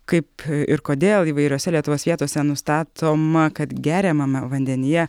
kaip ir kodėl įvairiose lietuvos vietose nustatoma kad geriamame vandenyje